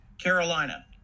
carolina